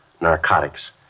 narcotics